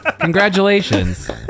Congratulations